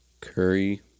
Curry